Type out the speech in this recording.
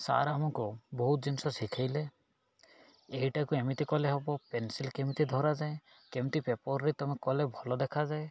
sir ଆମକୁ ବହୁତ ଜିନିଷ ଶିଖେଇଲେ ଏଇଟାକୁ ଏମିତି କଲେ ହେବ ପେନ୍ସିଲ୍ କେମିତି ଧରାଯାଏ କେମିତି ପେପର୍ରେ ତମେ କଲେ ଭଲ ଦେଖାଯାଏ